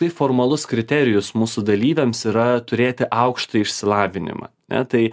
tai formalus kriterijus mūsų dalyviams yra turėti aukštąjį išsilavinimą ne tai